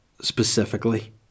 specifically